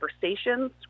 conversations